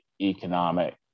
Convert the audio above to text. economic